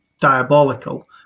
diabolical